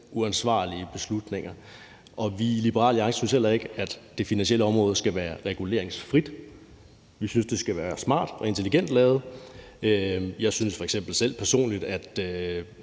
uansvarlige beslutninger. Vi i Liberal Alliance synes heller ikke, at det finansielle område skal være reguleringsfrit. Vi synes, det skal være smart og intelligent lavet. Jeg synes f.eks. personligt, at